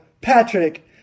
Patrick